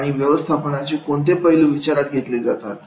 आणि व्यवस्थापनाचे कोणते पैलू विचारात घेतले जातात